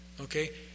okay